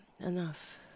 Enough